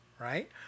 right